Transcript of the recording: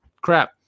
crap